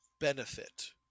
benefit